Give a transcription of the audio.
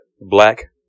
black